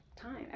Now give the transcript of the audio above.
time